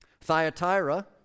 Thyatira